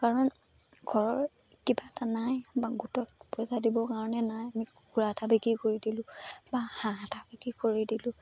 কাৰণ ঘৰৰ কিবা এটা নাই বা গোটত পইচা দিবৰ কাৰণে নাই আমি কুকুৰা এটা বিক্ৰী কৰি দিলোঁ বা হাঁহ এটা বিক্ৰী কৰি দিলোঁ